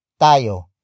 Tayo